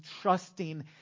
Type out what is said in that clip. trusting